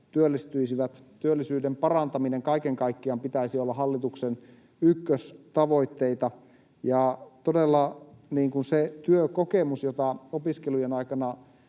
työllistyisivät. Työllisyyden parantamisen pitäisi kaiken kaikkiaan olla hallituksen ykköstavoitteita. Ja todella se työkokemus, jota opiskelujen aikana